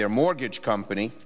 their mortgage company